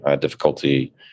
difficulty